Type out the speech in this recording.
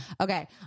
Okay